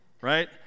right